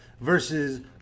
versus